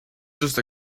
just